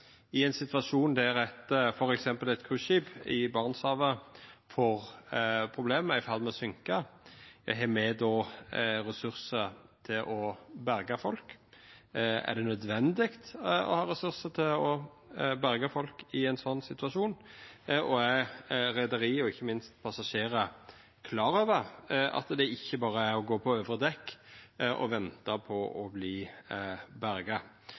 I ein situasjon der f.eks. eit cruiseskip i Barentshavet får problem og er i ferd med å søkka, har me då ressursar til å berga folk? Er det nødvendig å ha ressursar til å berga folk i ein sånn situasjon, og er reiarlaget og ikkje minst passasjerar klare over at det ikkje berre er å gå på øvre dekk og venta på å bli berga?